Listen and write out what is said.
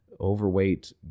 overweight